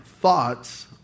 thoughts